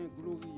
glorieux